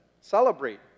celebrate